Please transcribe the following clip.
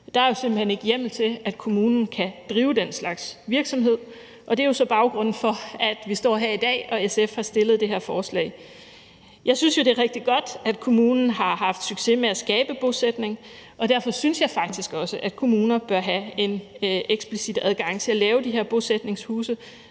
Der er simpelt hen ikke hjemmel til, at kommunen kan drive den slags virksomhed, og det er jo så baggrunden for, at vi står her i dag og SF har fremsat det her forslag. Jeg synes jo, det er rigtig godt, at kommunen har haft succes med at skabe bosætning, og derfor synes jeg faktisk også, at kommuner bør have en eksplicit adgang til at lave de her bosætningshuse,